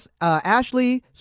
Ashley